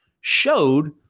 showed